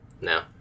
No